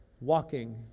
walking